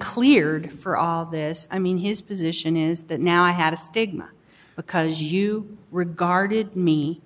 cleared for this i mean his position is that now i had a stigma because you regarded me